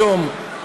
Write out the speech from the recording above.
היום,